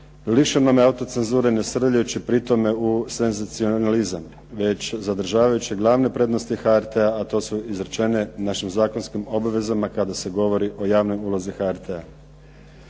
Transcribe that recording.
lišenom autocenzure ne srljajući pri tome u senzacionalizam već zadržavajući glavne prednosti HRT-a a to su izrečene našim zakonskim obvezama kada se govori o javnoj ulozi HRT-a.